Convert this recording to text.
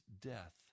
death